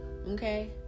Okay